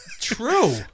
True